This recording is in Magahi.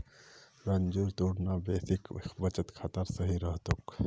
रंजूर तोर ना बेसिक बचत खाता सही रह तोक